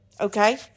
Okay